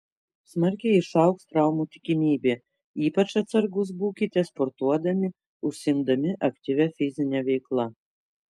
smarkiai išaugs traumų tikimybė ypač atsargūs būkite sportuodami užsiimdami aktyvia fizine veikla